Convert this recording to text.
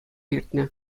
иртнӗ